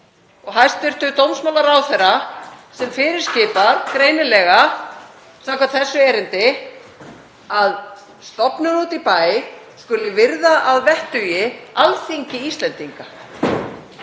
og hæstv. dómsmálaráðherra sem fyrirskipa, greinilega, samkvæmt þessu erindi, að stofnun úti í bæ skuli virða að vettugi Alþingi Íslendinga.